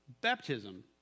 Baptism